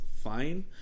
Fine